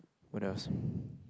when I was